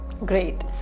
Great